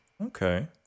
Okay